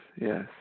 yes